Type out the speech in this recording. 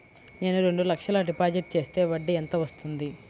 నేను రెండు లక్షల డిపాజిట్ చేస్తే వడ్డీ ఎంత వస్తుంది?